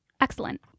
Excellent